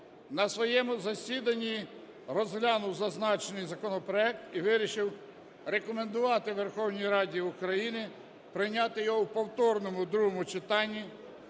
на своєму засіданні розглянув зазначений законопроект і вирішив рекомендувати Верховній Раді України прийняти його в повторному другому читанні